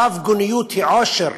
הרב-גוניות היא עושר,